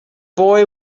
boy